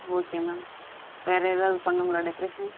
okay ma'am வேறு ஏதாவது பண்ணுங்களா டெக்ரேஷன்